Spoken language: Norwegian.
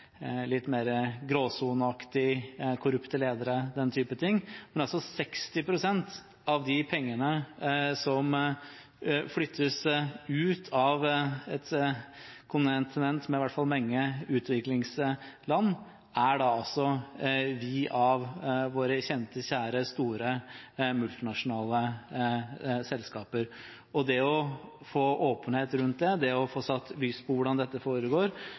litt mer gråsoneaktig – korrupte ledere og den type ting. Men med 60 pst. av de pengene som flyttes ut av et kontinent med mange utviklingsland, skjer det altså med noen av våre kjente, kjære, store multinasjonale selskaper. Det å få åpenhet rundt det, det å få satt søkelyset på hvordan dette foregår,